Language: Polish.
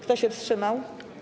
Kto się wstrzymał?